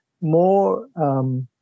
more